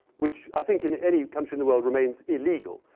which i think in any country in the world remains illegal.